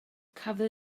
cafodd